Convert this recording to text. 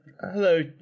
hello